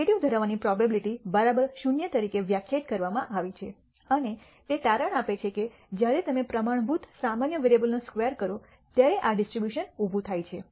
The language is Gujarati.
નેગેટિવ ધરાવવાની પ્રોબેબીલીટી બરાબર 0 તરીકે વ્યાખ્યાયિત કરવામાં આવી છે અને તે તારણ આપે છે કે જ્યારે તમે પ્રમાણભૂત સામાન્ય વેરીએબલ નો સ્ક્વેર કરો ત્યારે આ ડિસ્ટ્રીબ્યુશન ઉભું થાય છે